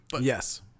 Yes